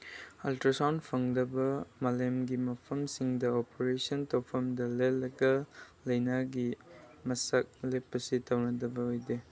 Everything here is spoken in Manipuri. ꯑꯜꯇ꯭ꯔꯥꯁꯥꯎꯟ ꯐꯪꯗꯕ ꯃꯥꯂꯦꯝꯒꯤ ꯃꯐꯝꯁꯤꯡꯗ ꯑꯣꯄꯔꯦꯁꯟ ꯇꯧꯐꯝꯗ ꯂꯦꯜꯂꯒ ꯂꯩꯅꯥꯒꯤ ꯃꯁꯛ ꯂꯦꯞꯄꯁꯤ ꯇꯧꯅꯗꯕ ꯑꯣꯏꯗꯦ